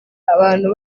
abantu